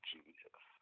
Jesus